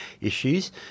issues